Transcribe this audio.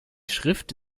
schrift